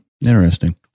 Interesting